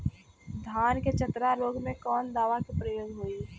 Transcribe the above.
धान के चतरा रोग में कवन दवा के प्रयोग होई?